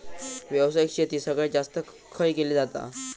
व्यावसायिक शेती सगळ्यात जास्त खय केली जाता?